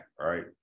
right